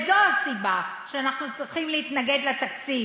זאת הסיבה שאנחנו צריכים להתנגד לתקציב.